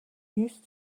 used